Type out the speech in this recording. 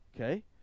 okay